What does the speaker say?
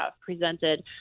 presented